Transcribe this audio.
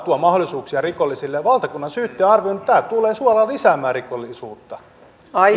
tuo mahdollisuuksia rikollisille ja valtakunnansyyttäjä on arvioinut että tämä tulee suoraan lisäämään rikollisuutta